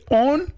on